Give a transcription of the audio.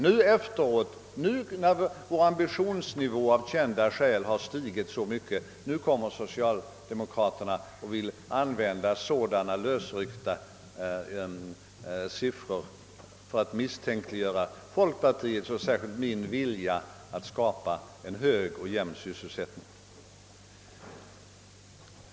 Nu när allas vår ambitionsnivå av kända skäl har stigit så mycket vill socialdemokraterna använda sådana lösryckta siffror i syfte att misstänkliggöra folkpartiets, och särskilt min, vilja att skapa en hög och jämn sysselsättning.